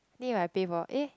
my pay for eh